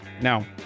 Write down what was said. Now